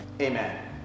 Amen